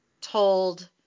told